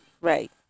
Right